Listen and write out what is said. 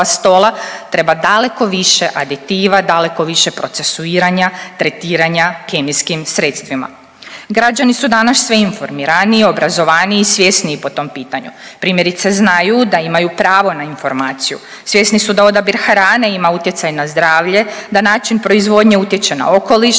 stola treba daleko više aditiva, daleko više procesuiranja, tretiranja kemijskim sredstvima. Građani su danas sve informiraniji, obrazovaniji, svjesniji po tom pitanju. Primjerice znaju da imaj pravo na informaciju, svjesni su da odabir hrane ima utjecaj na zdravlje, da način proizvodnje utječe na okoliš,